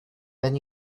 then